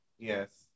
Yes